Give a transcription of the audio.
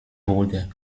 wurde